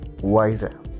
wiser